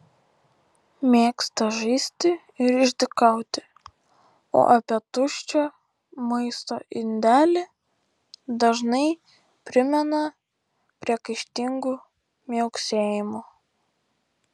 mėgsta žaisti ir išdykauti o apie tuščią maisto indelį dažnai primena priekaištingu miauksėjimu